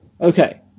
Okay